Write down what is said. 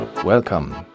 Welcome